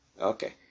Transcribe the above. Okay